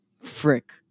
frick